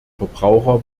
verbraucher